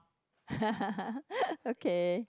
okay